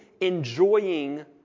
enjoying